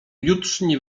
jutrzni